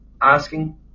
asking